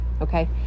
okay